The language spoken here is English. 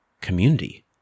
community